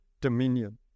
dominion